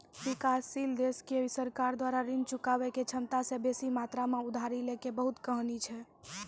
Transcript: विकासशील देशो के सरकार द्वारा ऋण चुकाबै के क्षमता से बेसी मात्रा मे उधारी लै के बहुते कहानी छै